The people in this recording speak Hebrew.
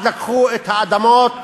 אז לקחו את האדמות